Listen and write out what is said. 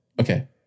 Okay